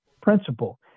principle